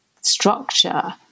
structure